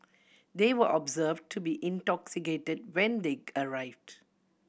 they were observed to be intoxicated when they arrived